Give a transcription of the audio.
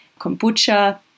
kombucha